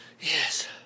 Yes